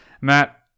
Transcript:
Matt